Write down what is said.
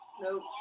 Nope